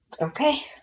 Okay